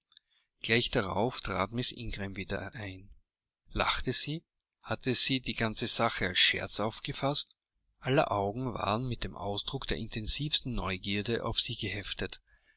gleich darauf trat miß ingram wieder ein lachte sie hatte sie die ganze sache als scherz aufgefaßt aller augen waren mit dem ausdruck der intensivsten neugierde auf sie geheftet